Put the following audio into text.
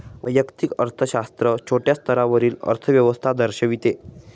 वैयक्तिक अर्थशास्त्र छोट्या स्तरावरील अर्थव्यवस्था दर्शविते